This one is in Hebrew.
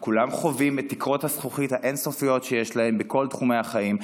כולם חווים את תקרות הזכוכית האין-סופיות שיש להם בכל תחומי החיים,